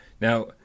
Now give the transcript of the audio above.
Now